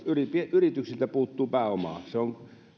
yrityksiltä puuttuu pääomaa se on